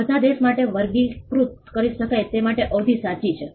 બધા દેશ માટે વર્ગીકૃત કરી શકાય તે માટે અવધિ સાચી છે